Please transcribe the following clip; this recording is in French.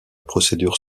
procédure